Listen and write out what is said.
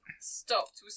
stopped